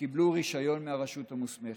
שקיבלו רישיון מהרשות המוסמכת.